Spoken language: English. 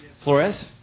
Flores